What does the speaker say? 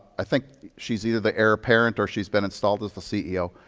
i think she's either the heir apparent or she's been installed as the ceo,